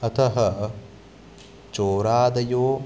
अतः चोरादयो